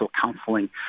counseling